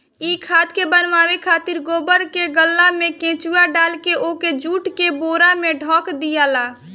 इ खाद के बनावे खातिर गोबर के गल्ला में केचुआ डालके ओके जुट के बोरा से ढक दियाला